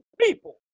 people